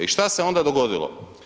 I šta se onda dogodilo?